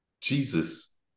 Jesus